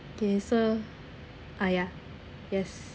okay so ah ya yes